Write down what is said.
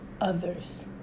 others